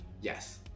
Yes